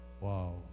Wow